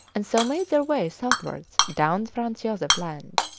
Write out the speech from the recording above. and so made their way southwards down franz josef land.